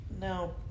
no